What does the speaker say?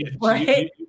right